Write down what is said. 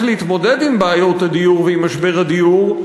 להתמודד עם בעיות הדיור ועם משבר הדיור,